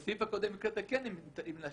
בסעיף הקודם כן דיברת על להשאיל.